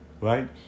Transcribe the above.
right